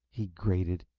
he grated,